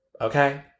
okay